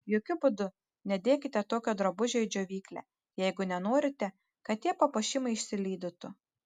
jokiu būdu nedėkite tokio drabužio į džiovyklę jeigu nenorite kad tie papuošimai išsilydytų